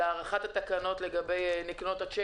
לפנות למשרד המשפטים לגבי הארכת התקנות לגבי הצ'קים,